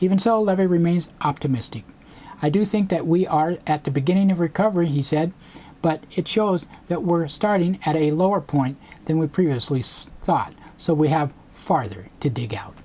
even so level remains optimistic i do think that we are at the beginning of recovery he said but it shows that we're starting at a lower point than we previously thought so we have farther to dig out